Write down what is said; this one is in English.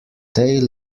tail